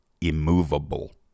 immovable